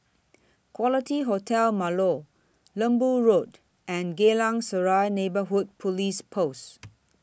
Quality Hotel Marlow Lembu Road and Geylang Serai Neighbourhood Police Post